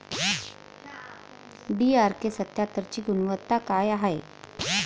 DRK सत्यात्तरची गुनवत्ता काय हाय?